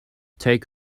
take